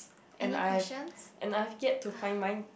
and I and I yet to find mine